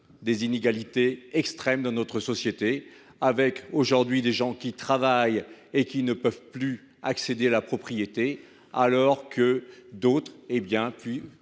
des inégalités extrêmes de notre société : aujourd’hui, des gens travaillent, mais ne peuvent plus accéder à la propriété, alors que d’autres peuvent